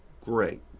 great